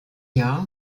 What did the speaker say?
jahr